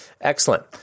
Excellent